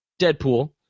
Deadpool